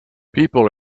people